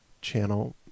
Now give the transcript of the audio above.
channel